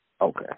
Okay